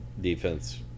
defense